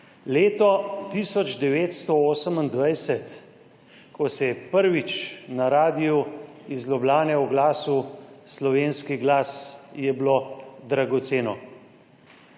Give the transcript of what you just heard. Leto 1928, ko se je prvič na radiu iz Ljubljane oglasil slovenski glas, je bilo dragoceno.